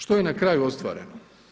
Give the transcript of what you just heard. Što je na kraju ostvareno?